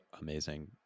amazing